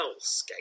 hellscape